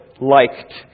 liked